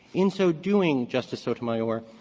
in so doing, justice sotomayor,